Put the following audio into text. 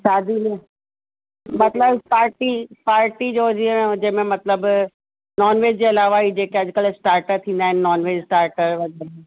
शादी जो मतलबु पार्टी पार्टी जो जीअं जें में मतलबु नॉनवेज जे अलावा ही जेके अॼुकल्ह स्टार्टर थींदा आहिनि नॉनवेज स्टार्टर मतलबु